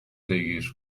بگیر